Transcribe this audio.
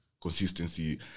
consistency